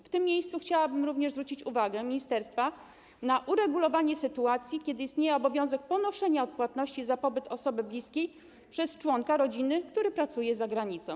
W tym miejscu chciałabym również zwrócić uwagę ministerstwa na potrzebę uregulowania sytuacji, w której istnieje obowiązek ponoszenia odpłatności za pobyt osoby bliskiej przez członka rodziny pracującego zagranicą.